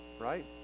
right